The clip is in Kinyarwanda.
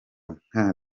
nka